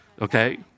okay